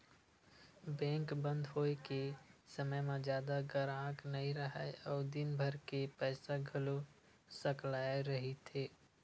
bank बंद होए के समे म जादा गराहक नइ राहय अउ दिनभर के पइसा घलो सकलाए रहिथे